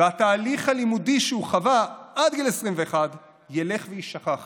והתהליך הלימודי שהוא חווה עד גיל 21 ילך ויישכח